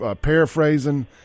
paraphrasing